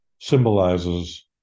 symbolizes